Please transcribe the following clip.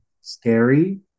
scary